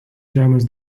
žemės